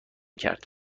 کرد